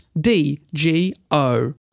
D-G-O